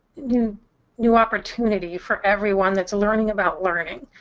you know opportunity for everyone that's learning about learning.